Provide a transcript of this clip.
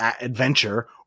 adventure